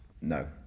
No